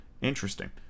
Interesting